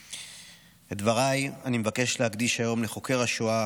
את דבריי אני מבקש להקדיש היום לחוקר השואה